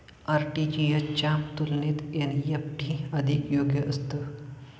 RTGS च्या तुलनेत NEFT अधिक योग्य असतं